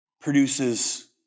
produces